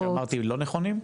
המספרים שאמרתי לא נכונים?